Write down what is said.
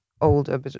older